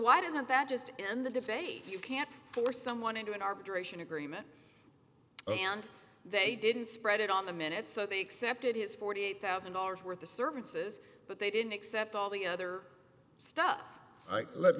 why doesn't that just in the face you can't force someone into an arbitration agreement and they didn't spread it on the minute so they accepted his forty eight thousand dollars worth of services but they didn't accept all the other stuff